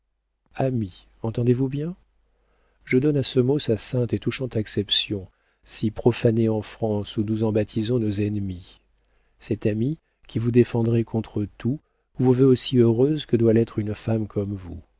ami entendez-vous bien je donne à ce mot sa sainte et touchante acception si profanée en france où nous en baptisons nos ennemis cet ami qui vous défendrait contre tout vous veut aussi heureuse que doit l'être une femme comme vous